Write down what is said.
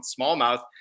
smallmouth